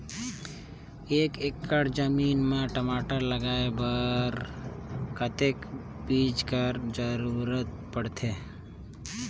एक एकड़ जमीन म टमाटर लगाय बर कतेक बीजा कर जरूरत पड़थे?